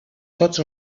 tots